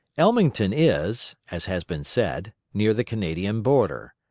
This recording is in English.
ellmington is, as has been said, near the canadian border.